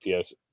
PS